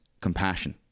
compassion